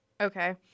okay